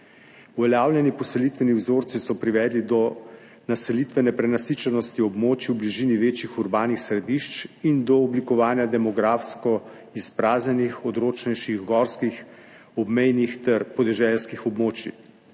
Uveljavljeni poselitveni vzorci so privedli do naselitvene prenasičenosti območju v bližini večjih urbanih središč in do oblikovanja demografsko izpraznjenih odročnejših gorskih, obmejnih ter podeželskih območij.